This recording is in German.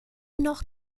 noch